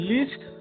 List